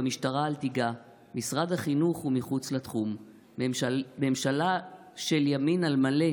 במשטרה אל תיגע / משרד החינוך הוא מחוץ לתחום / ממשלה של ימין על מלא,